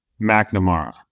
McNamara